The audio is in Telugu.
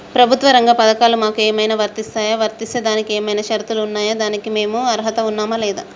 ప్రభుత్వ రంగ పథకాలు మాకు ఏమైనా వర్తిస్తాయా? వర్తిస్తే దానికి ఏమైనా షరతులు ఉన్నాయా? దానికి మేము అర్హత ఉన్నామా లేదా?